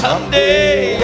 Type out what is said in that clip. Someday